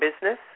business